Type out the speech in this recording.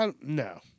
No